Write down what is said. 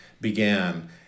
began